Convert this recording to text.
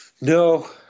No